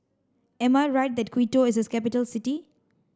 am I right that Quito is a capital city